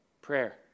Prayer